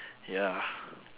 ya